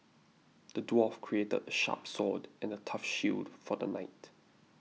the dwarf crafted a sharp sword and a tough shield for the knight